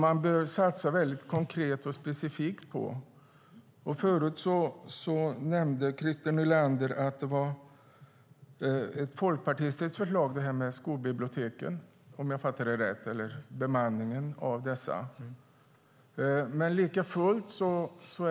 Man bör därför satsa konkret och specifikt. Christer Nylander nämnde att skolbiblioteken eller bemanningen av dem är ett folkpartistiskt förslag, om jag fattade det rätt.